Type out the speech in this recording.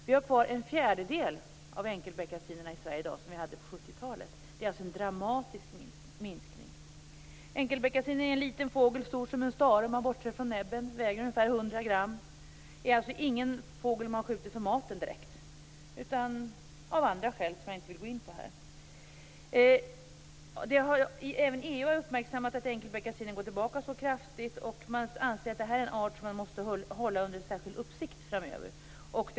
Vi har kvar en fjärdedel av enkelbeckasinerna i Sverige i dag jämfört med 70-talet. Det är alltså en dramatisk minskning. Enkelbeckasinen är en liten fågel. Den är stor som en stare om man bortser från näbben. Den väger ungefär 100 gram. Det är inte direkt någon fågel som man skjuter för matens skull. Det finns andra skäl till att man gör det, som jag inte vill gå in på här. Även EU har uppmärksammat att det har skett en kraftig tillbakagång när det gäller enkelbeckasinen. Man anser att det är en art som måste hållas under särskild uppsikt framöver.